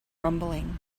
rumbling